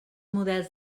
models